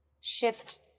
shift